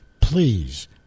Please